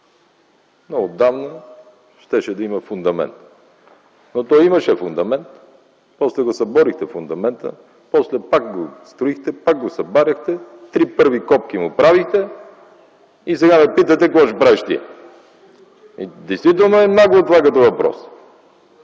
а отдавна щеше да има фундамент. То имаше фундамент, после го съборихте, после пак го строихте, пак го събаряхте, три първи копки му правихте и сега ме питате: какво ще правиш ти. Действително това е нагло като въпрос.